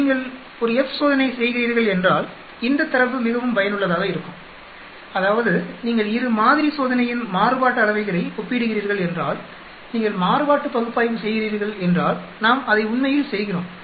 நீங்கள் ஒரு F சோதனை செய்கிறீர்கள் என்றால் இந்தத் தரவு மிகவும் பயனுள்ளதாக இருக்கும் அதாவது நீங்கள் இரு மாதிரி சோதனையின் மாறுபாட்டு அளவைகளை ஒப்பிடுகிறீர்கள் என்றால் நீங்கள் மாறுபாட்டு பகுப்பாய்வு செய்கிறீர்கள் என்றால் நாம் அதை உண்மையில் செய்கிறோம்